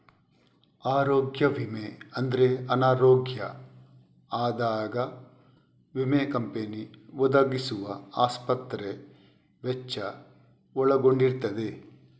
ಆರೋಗ್ಯ ವಿಮೆ ಅಂದ್ರೆ ಅನಾರೋಗ್ಯ ಆದಾಗ ವಿಮಾ ಕಂಪನಿ ಒದಗಿಸುವ ಆಸ್ಪತ್ರೆ ವೆಚ್ಚ ಒಳಗೊಂಡಿರ್ತದೆ